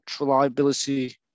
reliability